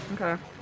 Okay